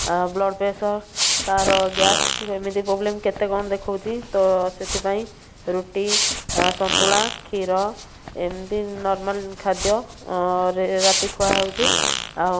ଆଉ blood pressure କାହାର gas ଏମିତି ପ୍ରୋବ୍ଲେମ୍ କେତେ କ'ଣ ଦେଖାଉଛି ତ ସେଥିପାଇଁ ରୁଟି ସନ୍ତୁଳା କ୍ଷୀର ଏମିତି ନର୍ମାଲ୍ ଖାଦ୍ୟ ରାତି ଖିଆ ହେଉଛି ଆଉ